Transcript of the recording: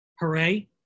Hooray